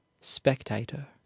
Spectator